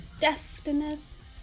Deftness